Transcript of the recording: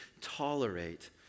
tolerate